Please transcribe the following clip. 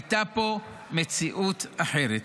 הייתה פה מציאות אחרת.